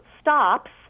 stops